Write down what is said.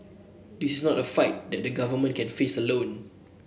this is not a fight that the government can face alone